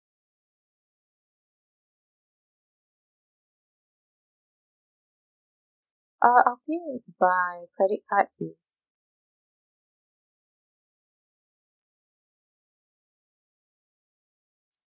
uh I'll pay by credit card please